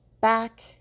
back